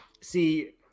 see